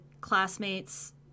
classmates